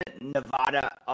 Nevada